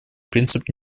принцип